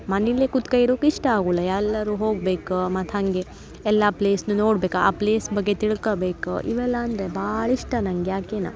ಮನೇಲೆ ಕೂತ್ಕೆ ಇರಕ್ಕೆ ಇಷ್ಟ ಆಗುಲ್ಲ ಎಲ್ಲರು ಹೋಗ್ಬೇಕು ಮತ್ತು ಹಾಗೆ ಎಲ್ಲಾ ಪ್ಲೇಸ್ನು ನೋಡ್ಬೇಕು ಆ ಪ್ಲೇಸ್ ಬಗ್ಗೆ ತಿಳ್ಕಬೇಕು ಇವೆಲ್ಲ ಅಂದರೆ ಭಾಳ ಇಷ್ಟ ನನಗೆ ಯಾಕೆ ಏನು